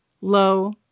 low